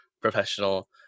professional